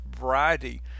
variety